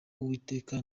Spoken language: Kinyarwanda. uwiteka